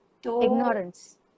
Ignorance